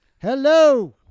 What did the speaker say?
Hello